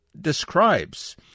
describes